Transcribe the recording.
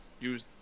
use